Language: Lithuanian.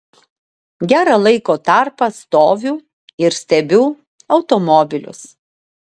gerą laiko tarpą stoviu ir stebiu automobilius